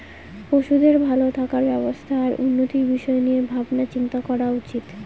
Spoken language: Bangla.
পশুদের ভালো থাকার ব্যবস্থা আর উন্নতির বিষয় নিয়ে ভাবনা চিন্তা করা উচিত